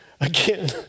again